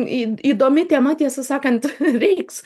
į įdomi tema tiesą sakant reiks